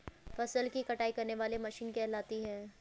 फसल की कटाई करने वाली मशीन कहलाती है?